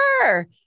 sure